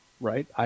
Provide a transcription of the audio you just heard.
Right